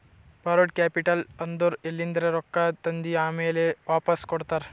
ಬಾರೋಡ್ capital ಅಂದುರ್ ಎಲಿಂದ್ರೆ ರೊಕ್ಕಾ ತಂದಿ ಆಮ್ಯಾಲ್ ವಾಪಾಸ್ ಕೊಡ್ತಾರ